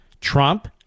Trump